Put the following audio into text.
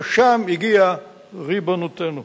לשם הגיעה ריבונותנו.